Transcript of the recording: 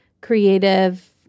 creative